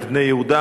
את בני יהודה,